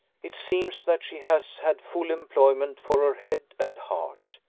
it seems that she has had full employment for her head and heart.